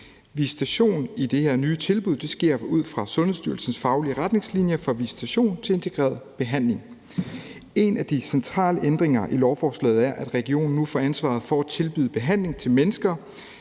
Visitationen i det her nye tilbud sker ud fra Sundhedsstyrelsens faglige retningslinjer for visitation til integreret behandling. En af de centrale ændringer i lovforslaget er, at regionerne nu får ansvaret for at tilbyde behandling til mennesker,